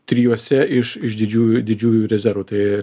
trijuose iš iš didžiųjų didžiųjų rezervų tai